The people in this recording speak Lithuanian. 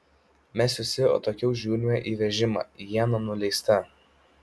mes visi atokiau žiūrime į vežimą iena nuleista